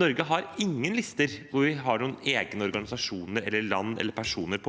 Norge har ingen egne lister over noen organisasjoner, land eller personer.